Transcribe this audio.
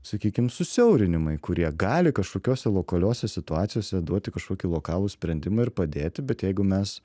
sakykim susiaurinimai kurie gali kažkokiose lokaliose situacijose duoti kažkokį lokalų sprendimą ir padėti bet jeigu mes